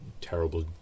terrible